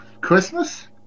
christmas